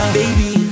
baby